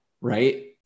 right